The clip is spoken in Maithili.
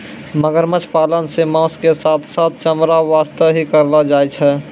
मगरमच्छ पालन सॅ मांस के साथॅ साथॅ चमड़ा वास्तॅ ही करलो जाय छै